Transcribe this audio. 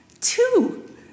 two